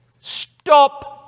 Stop